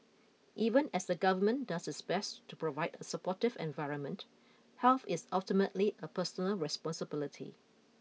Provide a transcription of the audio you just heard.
even as the government does its best to provide a supportive environment health is ultimately a personal responsibility